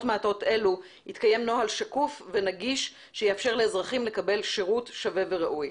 מעטות אלה יתקיים נוהל שקוף ונגיש שיאפשר לאזרחים לקבל שירות שווה וראוי.